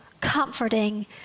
comforting